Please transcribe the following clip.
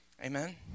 Amen